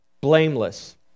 blameless